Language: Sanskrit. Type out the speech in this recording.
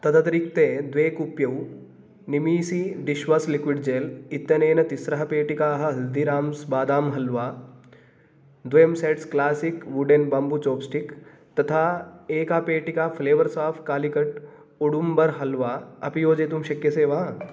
तदतिरिक्ते द्वे कूप्यौ निमीसी डिश्वाश् लिक्विड् जेल् इत्यनेन तिस्रः पेटिकाः हल्दिराम्स् बादाम् हल्वा द्वयं सेट्स् क्लासिक् वुडेन् बाम्बूचोप्स्टिक् तथा एका पेटिका फ़्लेवर्स् आफ़् कालिकट् उडुम्बर् हल्वा अपि योजयितुं शक्यते वा